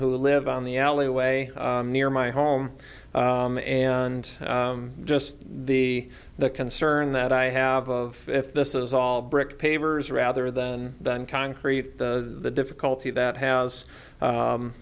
who live on the alleyway near my home and just the the concern that i have of if this is all brick pavers rather than than concrete the difficulty that has